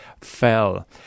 fell